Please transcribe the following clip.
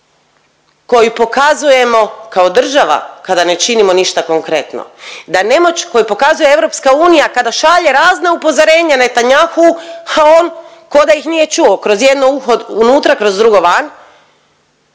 koju pokazujemo kao država kada ne činimo ništa konkretno, da nemoć koju pokazuje EU kada šalje razna upozorenja Netanyahu, a on ko' da ih nije čuo kroz jedno uho unutra, kroz drugo van